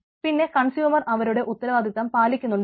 പിന്നെ കൺസ്യൂമർ അവരുടെ ഉത്തരവാദിത്തം പാലിക്കുന്നുണ്ടോ എന്ന്